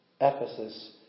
Ephesus